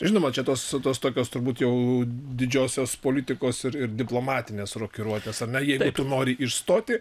žinoma čia tos tos tokios turbūt jau didžiosios politikos ir diplomatinės rokiruotės ar ne jeigu tu nori išstoti